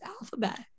Alphabet